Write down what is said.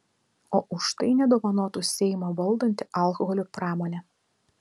o už tai nedovanotų seimą valdanti alkoholio pramonė